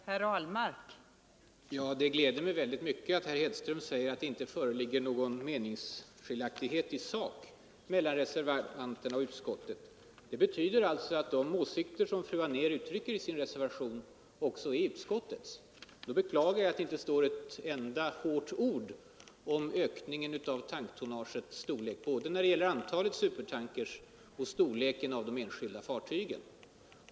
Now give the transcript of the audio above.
Fru talman! Det gläder mig väldigt mycket att herr Hedström säger att det inte föreligger någon meningsskiljaktighet i sak mellan reservanterna och utskottsmajoriteten. Det betyder alltså att de åsikter som fru Anér uttrycker i sin reservation också är utskottets. Under sådana förhållanden beklagar jag att det inte står ett enda kritiskt ord om ökningen av tanktonnagets storlek, varken när det gäller antalet supertankers eller när det gäller storleken av de enskilda fartygen.